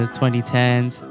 2010s